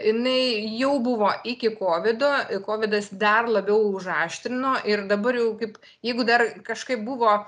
inai jau buvo iki kovido kovidas dar labiau užaštrino ir dabar jau kaip jeigu dar kažkaip buvo